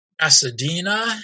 Pasadena